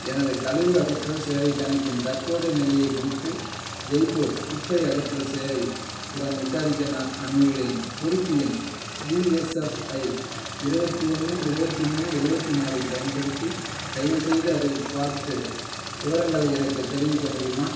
எனது கழிவு அகற்றல் சேவைக் கணக்கின் தற்போதைய நிலையை குறித்து ஜெய்ப்பூர் குப்பை அகற்றல் சேவை உடன் விசாரிக்க நான் அணுகுகிறேன் குறிப்பு எண் விஎஸ்எஃப்ஐ இருபத்தி ஒன்று இருபத்தி மூணு எழுவத்தி நாலை பயன்படுத்தி தயவுசெய்து அதைப் பார்த்து விவரங்களை எனக்குத் தெரிவிக்க முடியுமா